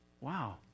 Wow